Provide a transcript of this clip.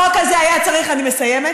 החוק הזה היה צריך, אני מסיימת.